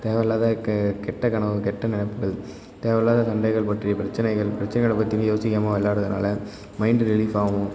தேவையில்லாத கெ கெட்ட கனவு கெட்ட நெனைப்புகள் தேவையில்லாத சண்டைகள் பற்றிய பிரச்சினைகள் பிரச்சினைகளை பற்றியும் யோசிக்காமல் விளையாட்றதுனால மைண்டு ரிலீஃப் ஆகும்